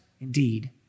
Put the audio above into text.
indeed